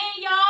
y'all